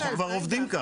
אנחנו כבר עובדים ככה.